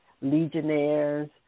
Legionnaires